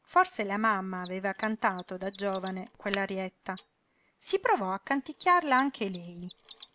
forse la mamma aveva cantato da giovane quell'arietta si provò a canticchiarla anche lei